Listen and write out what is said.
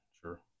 sure